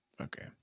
Okay